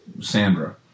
Sandra